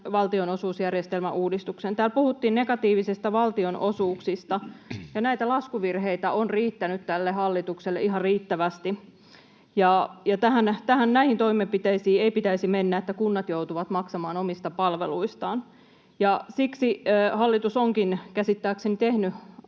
valtionosuusjärjestelmään. Täällä puhuttiin negatiivisista valtionosuuksista, ja näitä laskuvirheitä on riittänyt tälle hallitukselle ihan riittävästi. Näihin toimenpiteisiin ei pitäisi mennä, että kunnat joutuvat maksamaan omista palveluistaan. Siksi hallitus onkin käsittääkseni päättänyt tehdä,